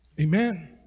Amen